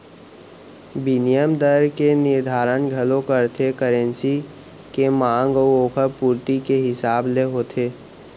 बिनिमय दर के निरधारन घलौ करथे करेंसी के मांग अउ ओकर पुरती के हिसाब ले होथे